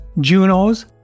Junos